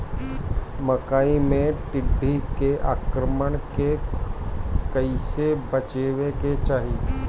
मकई मे टिड्डी के आक्रमण से कइसे बचावे के चाही?